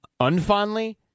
Unfondly